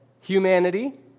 humanity